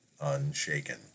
unshaken